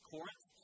Corinth